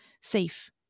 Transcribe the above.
safe